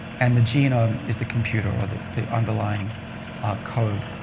and the genome is the computer or the the underlying code.